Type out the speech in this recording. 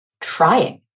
trying